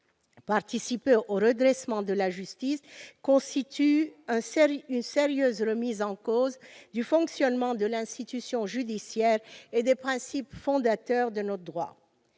participer au redressement de la justice, constituent une sérieuse remise en cause du fonctionnement de l'institution judiciaire et des principes fondateurs de notre droit.